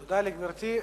תודה לגברתי.